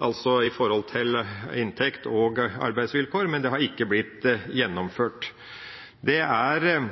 altså de som gjelder lønns- og arbeidsvilkår, men det har ikke blitt gjennomført. Det er